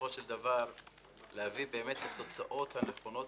ובסופו של דבר להביא לתוצאות הנכונות